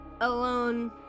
alone